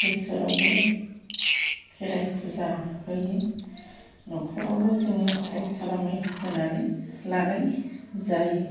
बोसोरावबो खेराय फुजा होयो न'खरावबो जोङो साय सालामि होनानै लानाय जायो